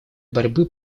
борьбы